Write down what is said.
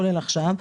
כולל עכשיו,